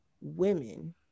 women